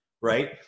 right